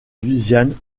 louisiane